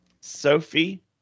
Sophie